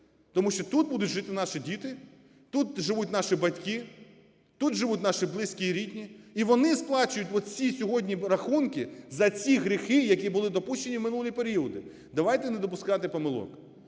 Тому що тут будуть жити наші діти, тут живуть наші батьки, тут живуть наші близькі і рідні, і вони сплачують оці сьогодні рахунки за ці гріхи, які були допущені в минулі періоди. Давайте не допускати помилок.